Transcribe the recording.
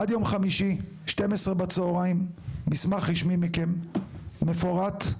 עד יום חמישי 12:00 בצהריים מסמך רשמי מכם, מפורט,